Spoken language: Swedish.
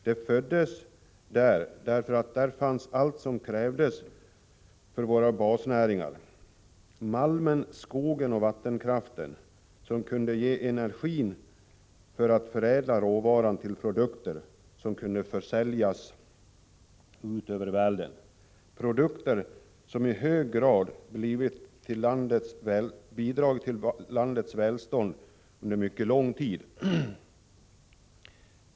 Det föddes där, därför att där fanns allt som krävdes för våra basnäringar: malmen, skogen och vattenkraften, som kunde ge energi för att förädla råvaran till produkter som kunde säljas ut över världen. Det är produkter som i hög grad bidragit till landets välstånd under mycket lång tid.